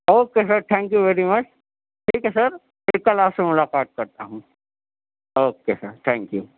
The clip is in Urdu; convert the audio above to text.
okay sir thank you very much ٹھیک ہے سر پھر کل آپ سے ملاقات کرتا ہوں اوکے سر تھینک یو